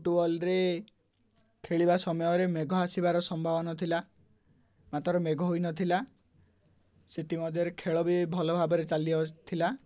ଫୁଟବଲରେ ଖେଳିବା ସମୟରେ ମେଘ ଆସିବାର ସମ୍ଭାବନା ଥିଲା ମାତ୍ର ମେଘ ହୋଇନଥିଲା ସେଥିମଧ୍ୟରେ ଖେଳ ବି ଭଲ ଭାବରେ ଚାଲିଥିଲା